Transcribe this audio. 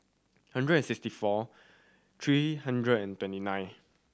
hundred and sixty four three hundred and twenty nine